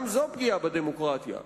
גם זו פגיעה בדמוקרטיה.